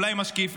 אולי משקיף,